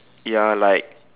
ya like